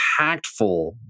impactful